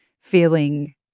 feeling